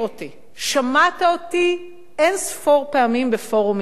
שמעת אותי אין-ספור פעמים בפורומים בין-לאומיים.